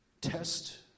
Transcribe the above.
test